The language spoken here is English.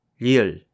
real